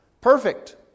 Perfect